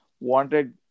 wanted